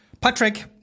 Patrick